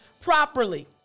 properly